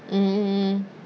mmhmm